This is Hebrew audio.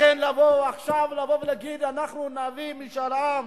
לכן, עכשיו לבוא ולהגיד: אנחנו נביא משאל עם